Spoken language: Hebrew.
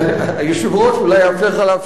היושב-ראש אולי יאפשר לך להמשיך.